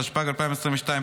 התשפ"ג 2022,